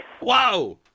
Wow